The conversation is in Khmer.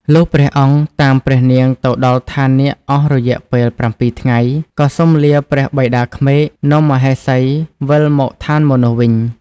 លុះព្រះអង្គតាមព្រះនាងទៅដល់ឋាននាគអស់រយៈពេលប្រាំពីរថ្ងៃ ក៏សុំលាព្រះបិតាក្មេកនាំមហេសីវិលមកឋានមនុស្សវិញ។